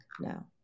now